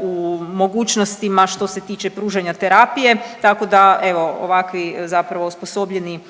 u mogućnostima što se tiče pružanja terapije, tako da evo, ovakvi zapravo osposobljeni